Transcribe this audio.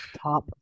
Top